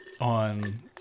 on